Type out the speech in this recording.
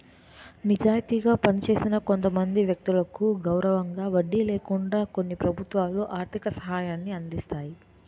నిజాయితీగా పనిచేసిన కొంతమంది వ్యక్తులకు గౌరవంగా వడ్డీ లేకుండా కొన్ని ప్రభుత్వాలు ఆర్థిక సహాయాన్ని అందిస్తాయి